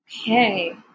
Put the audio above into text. Okay